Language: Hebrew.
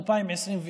2021,